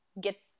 get